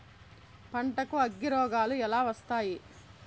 పంటకు అగ్గిరోగాలు ఎలా వస్తాయి?